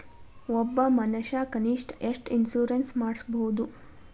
ಒಬ್ಬ ಮನಷಾ ಕನಿಷ್ಠ ಎಷ್ಟ್ ಇನ್ಸುರೆನ್ಸ್ ಮಾಡ್ಸ್ಬೊದು?